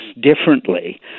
differently